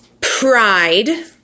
pride